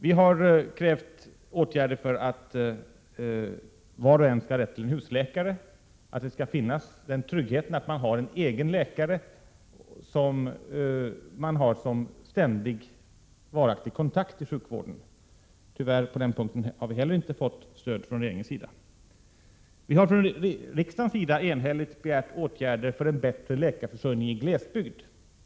Vi har krävt åtgärder för att var och en skall ha rätt till en husläkare, att den tryggheten skall finnas att man har en egen läkare som varaktig kontakt inom sjukvården. Tyvärr har vi inte heller på den punkten fått något stöd från regeringens sida. Riksdagen har enhälligt begärt åtgärder för en bättre läkarförsörjning i glesbygd.